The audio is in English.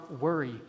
worry